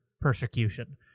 persecution